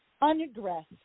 unaddressed